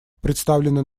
представленный